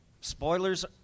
spoilers